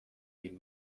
این